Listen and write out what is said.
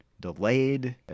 delayed